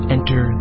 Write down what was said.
Enter